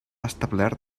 establert